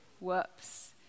whoops